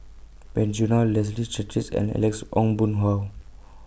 Wen Jinhua Leslie Charteris and Alex Ong Boon Hau